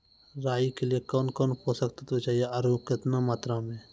राई के लिए कौन कौन पोसक तत्व चाहिए आरु केतना मात्रा मे?